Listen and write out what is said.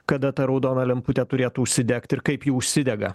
kada ta raudona lemputė turėtų užsidegt ir kaip ji užsidega